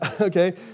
okay